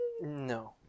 No